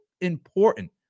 important